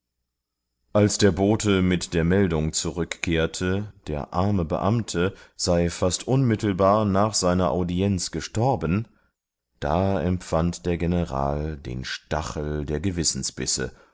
als der bote mit der meldung zurückkehrte der arme beamte sei fast unmittelbar nach seiner audienz gestorben da empfand der general den stachel der gewissensbisse